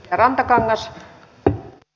arvoisa puhemies